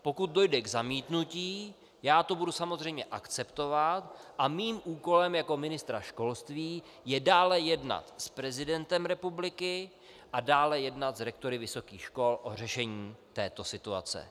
Pokud dojde k zamítnutí, já to budu samozřejmě akceptovat a mým úkolem jako ministra školství je dále jednat s prezidentem republiky a dále jednat s rektory vysokých škol o řešení této situace.